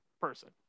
person